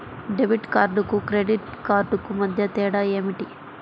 Debit కార్డుకు credit కార్డుకు మధ్య తేడా ఏమిటీ?